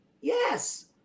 Yes